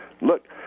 Look